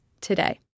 today